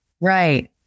Right